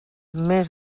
més